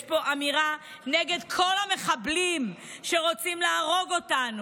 יש פה אמירה נגד כל המחבלים שרוצים להרוג אותנו.